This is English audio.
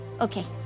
Okay